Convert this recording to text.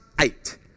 eight